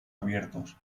abiertos